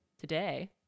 Today